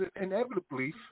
inevitably